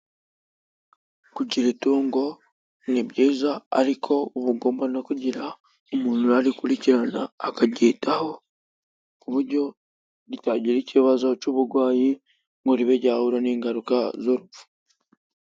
Kugira itungo ni byiza ariko uba ungomba no kugira umuntu urakurikirana akaryitaho ku buryo ritagira ikibazo cy'uburwayi ngo ribe ryahura n'ingaruka z'urupfu.